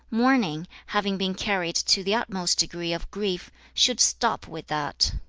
mourning, having been carried to the utmost degree of grief, should stop with that